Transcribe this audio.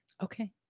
Okay